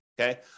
okay